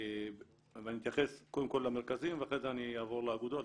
ואני אתייחס קודם כל למרכזים ואחרי זה אני אעבור לאגודות,